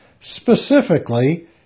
Specifically